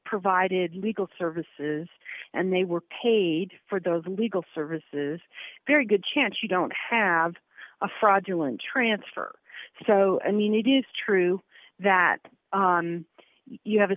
provided legal services and they were paid for those legal services very good chance you don't have a fraudulent transfer so i mean it is true that you have a